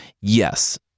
Yes